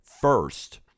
First